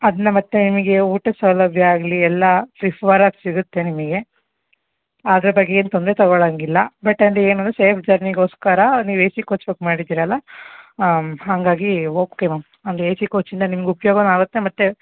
ಅದನ್ನ ಮತ್ತು ನಿಮಗೆ ಊಟದ ಸೌಲಭ್ಯ ಆಗಲಿ ಎಲ್ಲ ಫ್ರಿಫರಾಗಿ ಸಿಗುತ್ತೆ ನಿಮಗೆ ಅದ್ರ ಬಗ್ಗೆ ಏನೂ ತೊಂದರೆ ತಗೊಳಂಗಿಲ್ಲ ಬಟ್ ಅಲ್ಲಿ ಏನು ಅಂದರೆ ಸೇಫ್ ಜರ್ನಿಗೋಸ್ಕರ ನೀವು ಎ ಸಿ ಕೋಚ್ ಬುಕ್ ಮಾಡಿದ್ದೀರಲ್ಲ ಹಾಗಾಗಿ ಓಕೆ ಮ್ಯಾಮ್ ಅಂದರೆ ಎ ಸಿ ಕೋಚಿಂದ ನಿಮ್ಗೆ ಉಪಯೋಗನೂ ಆಗುತ್ತೆ ಮತ್ತು